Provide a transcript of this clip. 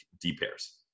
D-pairs